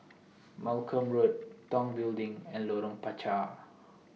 Malcolm Road Tong Building and Lorong Panchar